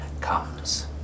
comes